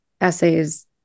essays